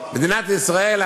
מדינת ישראל,